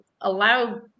allow